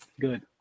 Good